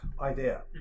idea